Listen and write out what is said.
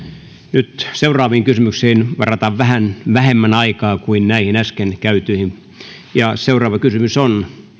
nyt seuraaviin kysymyksiin varataan vähän vähemmän aikaa kuin näihin äsken käytyihin ja seuraava kysymys on